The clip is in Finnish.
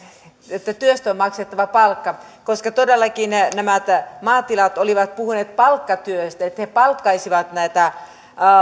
että työstä on maksettava palkka koska todellakin nämä maatilat olivat puhuneet palkkatyöstä että he palkkaisivat näitä